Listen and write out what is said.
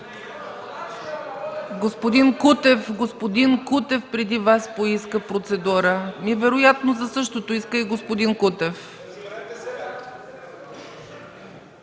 Господин Кутев преди Вас поиска процедура. Вероятно за същото иска и господин Кутев.